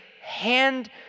hand